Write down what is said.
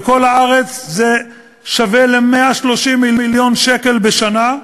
בכל הארץ זה שווה ל-130 מיליון שקל בשנה,